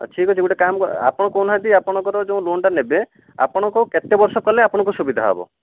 ଠିକ୍ଅଛି ଗୋଟେ କାମ କର ଆପଣ କହୁନାହାନ୍ତି ଆପଣଙ୍କର ଯେଉଁ ଲୋନଟା ନେବେ ଆପଣଙ୍କୁ କେତେ ବର୍ଷ କଲେ ଆପଣଙ୍କୁ ସୁବିଧା ହେବ